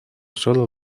sólo